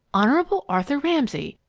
honorable arthur ramsay,